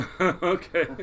Okay